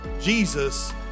Jesus